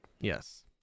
Yes